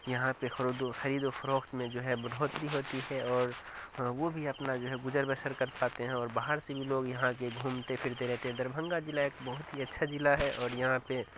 یہاں پہ خردو خرید و فروخت میں جو ہے بڑھوتری ہوتی ہے اور وہ بھی اپنا جو ہے گزر بسر کر پاتے ہیں اور باہر سے بھی لوگ یہاں آ کے گھومتے پھرتے رہتے ہیں دربھنگہ جلع ایک بہت ہی اچھا جلع ہے اور یہاں پہ